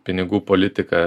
pinigų politiką